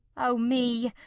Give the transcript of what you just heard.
o me!